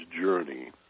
journey